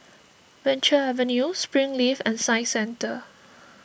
Venture Avenue Springleaf and Science Centre